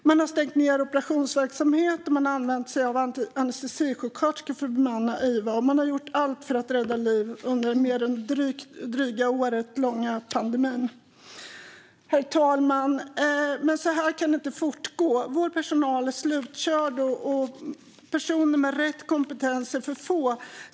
Man har stängt ned operationsverksamheten och använt sig av anestesisjuksköterskor för att bemanna iva. Man har gjort allt för att rädda liv under den nu mer än ett år långa period som pandemin har pågått. Herr talman! Så här kan det dock inte fortgå. Personalen är slutkörd, och personer med rätt kompetens är för få.